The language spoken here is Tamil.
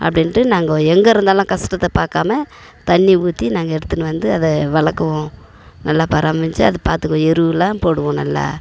அப்படின்ட்டு நாங்கள் எங்கே இருந்தாலும் கஸ்டத்தை பார்க்காம தண்ணி ஊற்றி நாங்கள் எடுத்துன்னு வந்து அதை வளர்க்குவோம் நல்லா பராமரிச்சி அதை பார்த்துக்குவோம் எருவலாம் போடுவோம் நல்லா